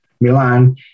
Milan